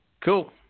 Cool